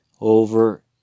over